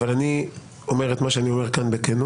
אבל אני אומר את מה שאני אומר כאן בכנות.